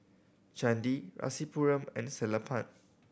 Chandi Rasipuram and Sellapan